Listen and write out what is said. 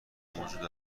موجود